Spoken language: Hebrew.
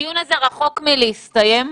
הדיון הזה רחוק מלהסתיים.